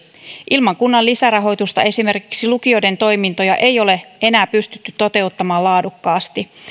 ilman kunnan lisärahoitusta esimerkiksi lukioiden toimintoja ei ole enää pystytty toteuttamaan laadukkaasti